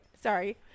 sorry